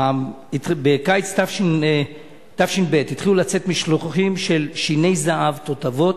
בקיץ תש"ב התחילו לצאת משלוחים של שיני זהב תותבות,